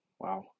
Wow